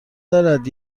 دارد